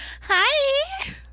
Hi